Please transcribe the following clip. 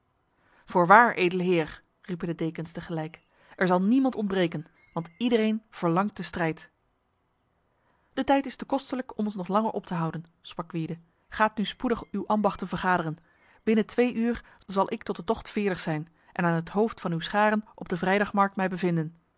voorwaar edele heer riepen de dekens tegelijk er zal niemand ontbreken want iedereen verlangt de strijd de tijd is te kostelijk om ons nog langer op te houden sprak gwyde gaat nu spoedig uw ambachten vergaderen binnen twee uur zal ik tot de tocht veerdig zijn en aan het hoofd van uw scharen op de vrijdagmarkt mij bevinden